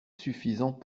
suffisant